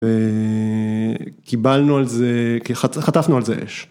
וקיבלנו על זה, חטפנו על זה אש.